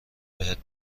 بهت